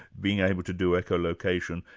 being able to do echolocation,